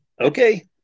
okay